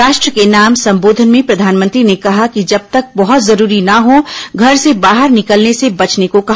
राष्ट्र के नाम संबोधन में प्रधानमंत्री ने कहा कि जब तक बहुत जरूरी न हो घर से बाहर निकलने से बचने को कहा